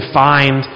find